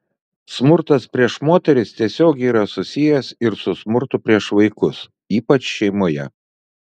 smurtas prieš moteris tiesiogiai yra susijęs ir su smurtu prieš vaikus ypač šeimoje